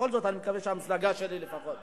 בכל זאת, אני מקווה שהמפלגה שלי, לפחות,